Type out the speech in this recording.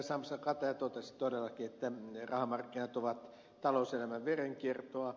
sampsa kataja totesi todellakin että rahamarkkinat ovat talouselämän verenkiertoa